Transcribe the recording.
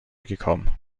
gekommen